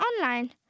online